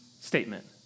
statement